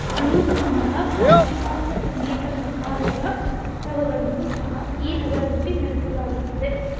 ಬ್ಲೂಸ್ನಂತಹ ಪಾಶ್ಚಿಮಾತ್ಯ ಸಂಗೀತ ಪ್ರಕಾರಗಳ ಉತ್ಸವಗಳನ್ನು ಸಹ ಈ ನಗರದಲ್ಲಿ ನಡೆಸಲಾಗುತ್ತದೆ